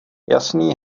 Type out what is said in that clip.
jasný